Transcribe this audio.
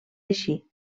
així